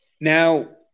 Now